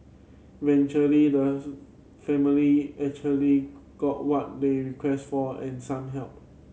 eventually the family actually got what they requested for and some help